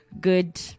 good